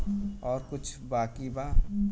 और कुछ बाकी बा?